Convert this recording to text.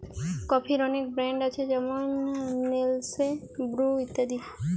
কফির অনেক ব্র্যান্ড আছে যেমন নেসলে, ব্রু ইত্যাদি